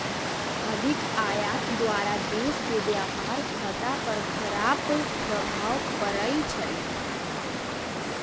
अधिक आयात द्वारा देश के व्यापार खता पर खराप प्रभाव पड़इ छइ